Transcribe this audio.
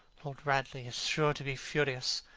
lord radley is sure to be furious.